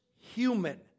human